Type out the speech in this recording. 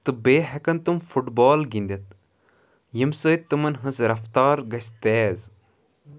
تہٕ بیٚیہِ ہیٚکن تِم فٹ بال گِندِتھ ییٚمہِ سۭتۍ تِمن ہنٛز رفتار گژھِ تیز